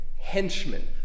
henchmen